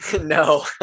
no